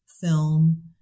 film